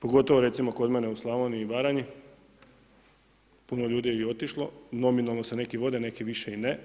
Pogotovo recimo kod mene u Slavoniji i Baranji, puno je ljudi i otišlo, nominovno se neki vode neki više i ne.